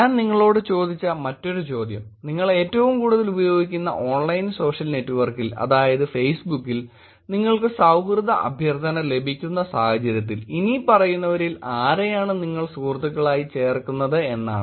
ഞാൻ നിങ്ങളോട് ചോദിച്ച മറ്റൊരു ചോദ്യം നിങ്ങൾ ഏറ്റവും കൂടുതൽ ഉപയോഗിക്കുന്ന ഓൺലൈൻ സോഷ്യൽ നെറ്റ്വർക്കിൽ അതായത് ഫേസ്ബുക്കിൽ നിങ്ങൾക്ക് സൌഹൃദ അഭ്യർത്ഥന ലഭിക്കുന്ന സാഹചര്യത്തിൽ ഇനിപ്പറയുന്നവരിൽ ആരെയാണ് നിങ്ങൾ സുഹൃത്തുക്കളായി ചേർക്കുന്നത് എന്നാണ്